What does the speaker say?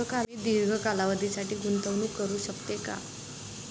मी दीर्घ कालावधीसाठी गुंतवणूक करू शकते का?